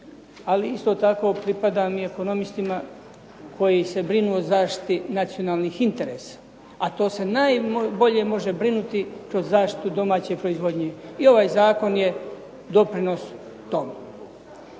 Ali isto tako pripadam i ekonomistima koji se brinu o zaštiti nacionalnih interesa, a to se najbolje može brinuti kroz zaštitu domaće proizvodnje. I ovaj zakon je doprinos tome.